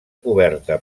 coberta